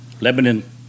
Lebanon